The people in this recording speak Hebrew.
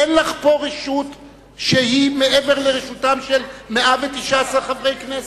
אין לך פה רשות שהיא מעבר לרשותם של 119 חברי כנסת.